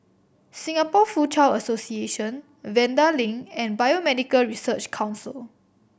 Singapore Foochow Association Vanda Link and Biomedical Research Council